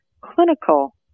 clinical